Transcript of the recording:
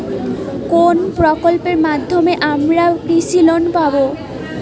কোন প্রকল্পের মাধ্যমে আমরা কৃষি লোন পাবো?